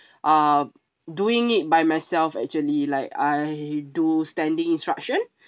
uh doing it by myself actually like I do standing instruction